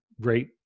great